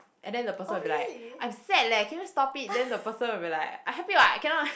and then the person will be like I sad leh can you stop it then the person will be like I happy what cannot